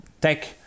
tech